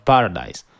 Paradise